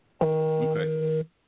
Okay